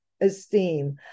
esteem